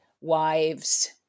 wives